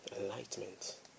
enlightenment